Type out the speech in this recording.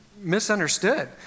misunderstood